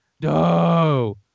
no